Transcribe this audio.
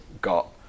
got